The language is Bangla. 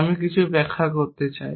আমি কিছু ব্যাখ্যা করতে যাই